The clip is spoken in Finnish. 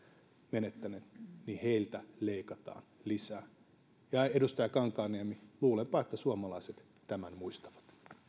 menettäneet leikataan lisää ja edustaja kankaanniemi luulenpa että suomalaiset tämän muistavat